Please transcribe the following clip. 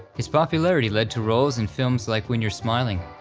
his popularity led to roles in films like when you're smiling,